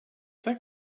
that